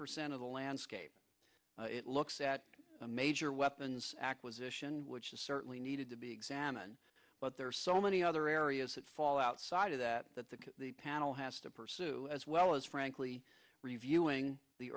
percent of the landscape it looks at a major weapons acquisition which is certainly needed to be examined but there are so many other areas that fall outside of that that the panel has to pursue as well as frankly reviewing the